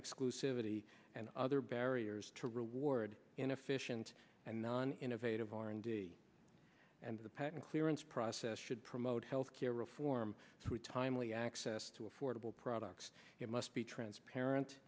exclusivity and other barriers to reward inefficient and non innovative r and d and the patent clearance process should promote health care reform so we timely access to affordable products it must be transparent